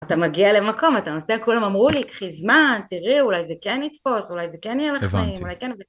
אתה מגיע למקום, אתה נותן, כולם אמרו לי, קחי זמן, תראי, אולי זה כן יתפוס, אולי זה כן יהיה לך נעים, אולי כן...